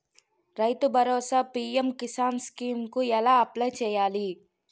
రైతు Bharosa PM Kisan scheme కు ఎలా అప్లయ్ చేయాలి?